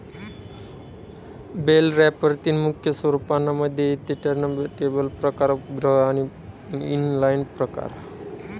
bell wrapper तीन मुख्य स्वरूपांना मध्ये येते टर्नटेबल प्रकार, उपग्रह प्रकार आणि इनलाईन प्रकार